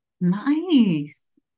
Nice